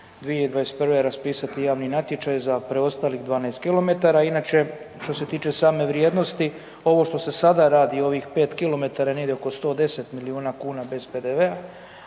2021. raspisati javni natječaj za preostalih 12 kilometara. Inače, što se tiče same vrijednosti, ovo što se sada radi, ovih 5 kilometara je negdje oko 110 milijuna kuna bez PDV-a,